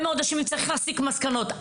וצריך להסיק את המסקנות.